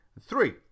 Three